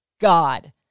God